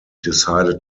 decided